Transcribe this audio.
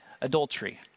adultery